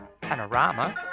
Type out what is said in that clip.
panorama